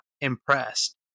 impressed